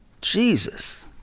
Jesus